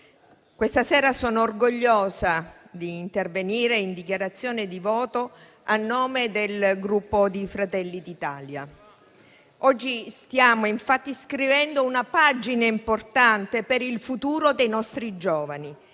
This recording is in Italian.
questa sera sono orgogliosa di intervenire in dichiarazione di voto a nome del Gruppo Fratelli d'Italia. Oggi stiamo infatti scrivendo una pagina importante per il futuro dei nostri giovani,